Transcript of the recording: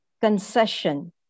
concession